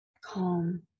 calm